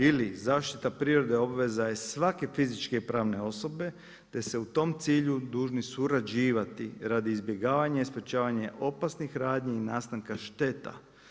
Ili zaštita prirode obveza je svake fizičke i pravne osobe te su u tom cilju dužni surađivati radi izbjegavanja i sprječavanja opasnih radnji i nastanka šteta.